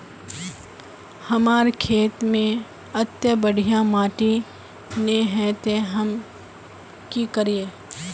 हमर खेत में अत्ते बढ़िया माटी ने है ते हम की करिए?